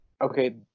okay